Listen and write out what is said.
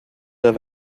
der